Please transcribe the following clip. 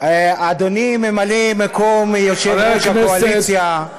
אדוני ממלא מקום יושב-ראש הקואליציה,